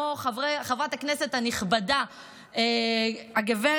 כמו חברת הכנסת הנכבדה גב'